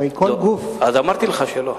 הרי כל גוף, אמרתי לך שלא.